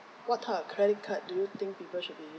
what type of credit card do you think people should be